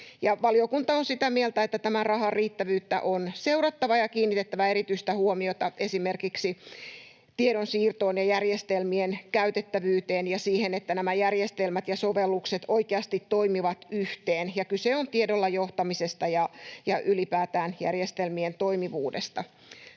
Valiokunta on sitä mieltä, että tämän rahan riittävyyttä on seurattava ja kiinnitettävä erityistä huomiota esimerkiksi tiedonsiirtoon ja järjestelmien käytettävyyteen ja siihen, että nämä järjestelmät ja sovellukset oikeasti toimivat yhteen, ja kyse on tiedolla johtamisesta ja ylipäätään järjestelmien toimivuudesta.